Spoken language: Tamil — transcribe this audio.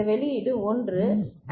எனவே வெளியீட்டிற்கு என்ன நேர்ந்தது